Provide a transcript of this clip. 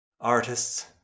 Artists